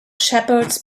shepherds